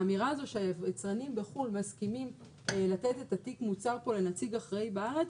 האמירה הזאת שהיצרנים בחו"ל מסכימים לתת את תיק המוצר לנציג אחראי בארץ